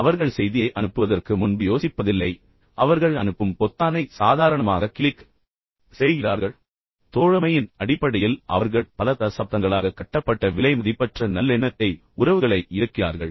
எனவே அவர்கள் செய்தியை அனுப்புவதற்கு முன்பு யோசிப்பதில்லை அவர்கள் அனுப்பும் பொத்தானை மிகவும் சாதாரணமாக கிளிக் செய்கிறார்கள் பின்னர் அவர்கள் விலைமதிப்பற்ற உறவுகளை இழக்கிறார்கள் அல்லது தோழமையின் அடிப்படையில் அவர்கள் பல தசாப்தங்களாக கட்டப்பட்ட விலைமதிப்பற்ற நல்லெண்ணத்தை இழக்கிறார்கள்